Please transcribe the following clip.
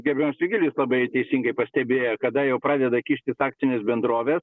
gerbiamas vigilijus labai teisingai pastebėjo kada jau pradeda kišti taktinės bendrovės